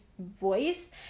voice